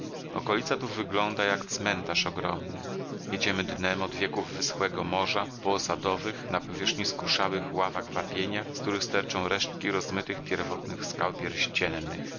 okolica tu wygląda jak cmentarz ogromny jedziemy dnem od wieków wyschłego morza po osadowych na powierzchni skruszałych ławach wapienia z których sterczą resztki rozmytych pierwotnych skał pierściennych